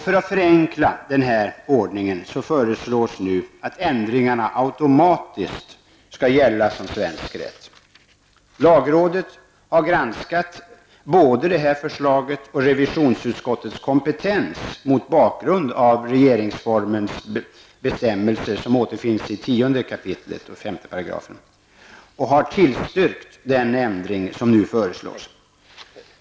För att förenkla den ordningen föreslås nu att ändringarna automatiskt skall gälla som svensk rätt. Lagrådet har granskat både det förslaget och revisionsutskottets kompetens mot bakgrund av regeringsformens bestämmelser, som återfinns i 10 kap. 5 §, och har tillstyrkt den ändring som nu föreslås.